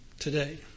today